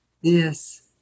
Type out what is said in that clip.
Yes